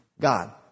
God